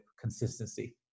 consistency